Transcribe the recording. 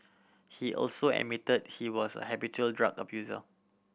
he also admitted he was a habitual drug abuser